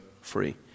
Free